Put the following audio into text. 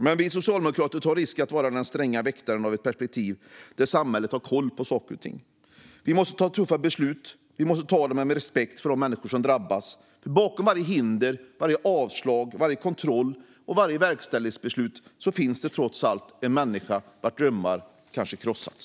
Men vi socialdemokrater tar risken att vara den stränga väktaren av ett perspektiv där samhället ska ha koll på saker och ting. Vi måste ta tuffa beslut, men vi måste ta dem med respekt för de människor som drabbas. Bakom varje hinder, avslag, kontroll och verkställighetsbeslut finns det trots allt en människa vars drömmar kanske krossats.